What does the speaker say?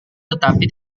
tetapi